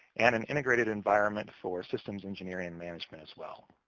and an integrated environment for systems engineering and management, as well.